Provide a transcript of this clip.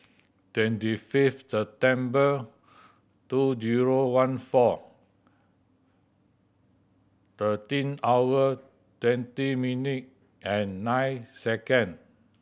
twenty fifth September two zero one four thirteen hour twenty minute and nine second